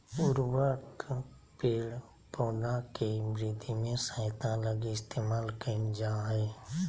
उर्वरक पेड़ पौधा के वृद्धि में सहायता लगी इस्तेमाल कइल जा हइ